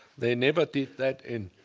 they never did that in.